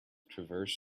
transverse